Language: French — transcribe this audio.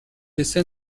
essais